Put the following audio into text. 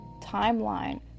timeline